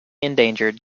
endangered